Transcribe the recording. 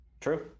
True